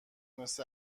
مثل